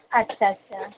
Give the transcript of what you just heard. اچھا اچھا